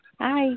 Hi